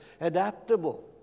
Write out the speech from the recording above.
adaptable